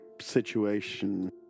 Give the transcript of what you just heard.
situation